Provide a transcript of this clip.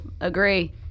agree